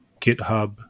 GitHub